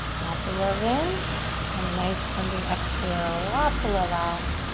lots of love in and a nice cleansing exhale, lots of love out.